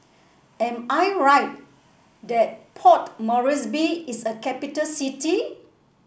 am I right that Port Moresby is a capital city